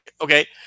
Okay